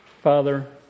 Father